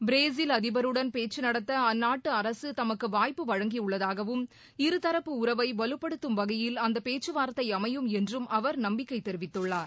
Brazil அதிபருடன் பேச்சுநடத்த அந்நாட்டு அரசு தமக்கு வாய்ப்பு வழங்கியுள்ளதாகவும் இருதரப்பு உறவை வலுப்படுத்தும் வகையில் அந்த பேச்சுவார்த்தை அமையும் என்றும் அவர் நம்பிக்கை தெரிவித்துள்ளார்